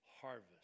harvest